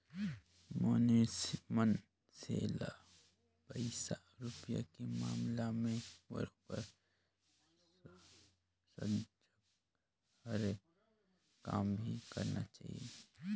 मइनसे मन से ल पइसा रूपिया के मामला में बरोबर सजग हरे काम भी करना चाही